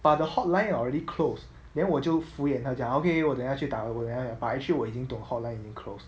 but the hotline already close then 我就敷衍他讲 okay 我等下去打我等一下 but actually 我已经懂 hotline already close